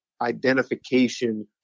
identification